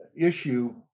issue